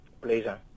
Pleasure